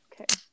Okay